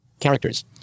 Characters